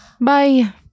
Bye